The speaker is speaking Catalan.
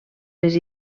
les